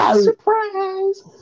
Surprise